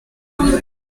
pocket